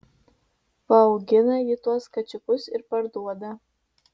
paaugina ji tuos kačiukus ir parduoda